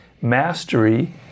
Mastery